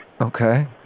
Okay